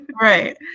Right